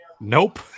Nope